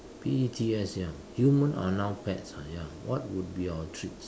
P E T S ya human are now pets ah ya what would be our treats